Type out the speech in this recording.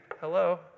hello